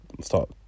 start